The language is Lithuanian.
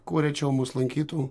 kuo rečiau mus lankytų